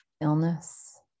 illness